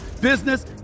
business